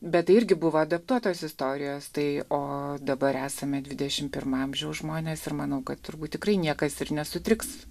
bet tai irgi buvo adaptuotos istorijos tai o dabar esame dvidešimt pirmo amžiaus žmonės ir manau kad turbūt tikrai niekas ir nesutriks